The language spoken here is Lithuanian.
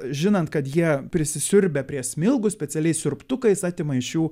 žinant kad jie prisisiurbia prie smilgų specialiais siurbtukais atima iš jų